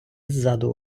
ззаду